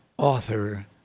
Author